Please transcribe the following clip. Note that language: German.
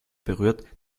berührt